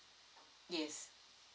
yes